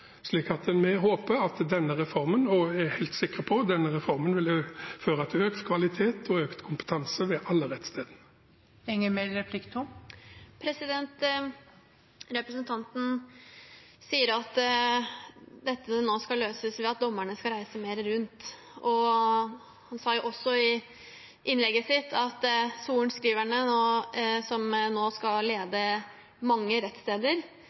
Vi håper, og jeg er helt sikker på, at denne reformen vil føre til økt kvalitet og økt kompetanse ved alle rettsstedene. Representanten sier at dette nå skal løses ved at dommerne skal reise mer rundt. Han sa jo også i innlegget sitt at sorenskriverne som nå skal lede mange rettssteder,